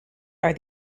are